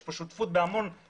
יש פה שותפות בהמון נושאים.